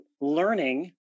learning